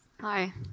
hi